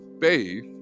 faith